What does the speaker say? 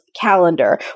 calendar